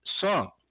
song